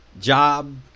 job